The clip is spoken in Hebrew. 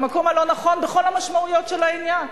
במקום הלא-נכון בכל המשמעויות של העניין.